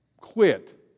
quit